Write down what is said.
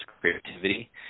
creativity